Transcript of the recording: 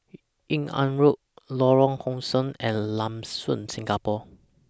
Yung An Road Lorong How Sun and Lam Soon Singapore